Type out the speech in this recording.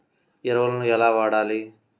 ఎరువులను ఎలా వాడాలి?